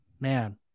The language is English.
man